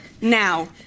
now